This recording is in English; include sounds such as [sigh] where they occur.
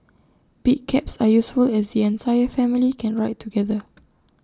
big cabs are useful as the entire family can ride together [noise]